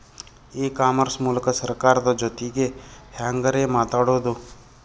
E commerce ಮೂಲಕ ಸರ್ಕಾರದ ಜೊತಿಗೆ ಹ್ಯಾಂಗ್ ರೇ ಮಾತಾಡೋದು?